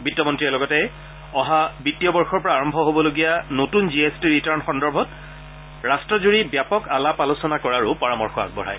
বিত্তমন্তীয়ে লগতে অহা বিত্তীয় বৰ্ষৰ পৰা আৰম্ভ কৰিবলগীয়া নতুন জি এছ টি ৰিটাৰ্ণ সন্দৰ্ভত ৰাষ্টজুৰি ব্যাপক আলাপ আলোচনা কৰাৰো পৰামৰ্শ আগবঢ়ায়